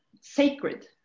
sacred